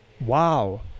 Wow